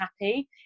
happy